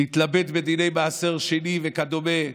להתלבט בדיני מעשר שני וכדומה.